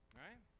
right